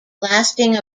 lasting